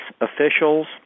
officials